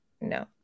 No